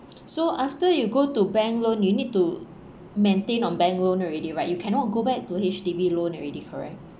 so after you go to bank loan you need to maintain on bank loan already right you cannot go back to H_D_B loan already correct